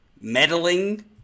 meddling